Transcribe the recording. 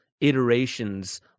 iterations